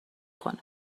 کنه